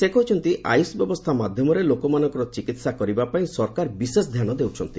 ସେ କହିଛନ୍ତି ଆୟୁଷ ବ୍ୟବସ୍ଥା ମାଧ୍ୟମରେ ଲୋକମାନଙ୍କର ଚିକିତ୍ସା କରିବା ପାଇଁ ସରକାର ବିଶେଷ ଧ୍ୟାନ ଦେଉଛନ୍ତି